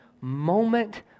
moment